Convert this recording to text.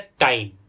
time